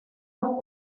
las